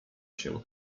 się